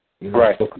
Right